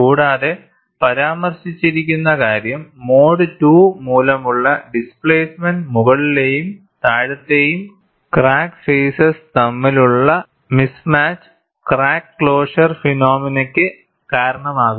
കൂടാതെ പരാമർശിച്ചിരിക്കുന്ന കാര്യം മോഡ് II മൂലമുള്ള ഡിസ്പ്ലേസ്മെന്റ് മുകളിലെയും താഴത്തെയും ക്രാക്ക് ഫേയിസെസ് തമ്മിലുള്ള മിസ്മാച്ച് ക്രാക്ക് ക്ലോഷർ ഫിനോമിനയ്ക്ക് കാരണമാകുന്നു